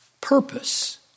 purpose